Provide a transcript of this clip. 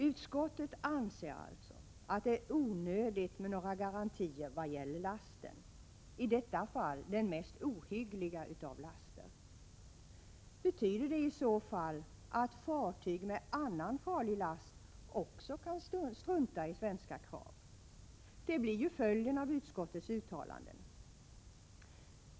Utskottet anser alltså att det är onödigt med några garantier i vad gäller lasten, i detta fall den mest ohyggliga av laster. Betyder det i så fall att fartyg med annan farlig last också kan strunta i svenska krav? Det blir ju följden av utskottets uttalanden.